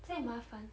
so 麻烦